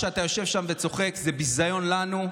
זה שאתה יושב שם וצוחק זה ביזיון לנו,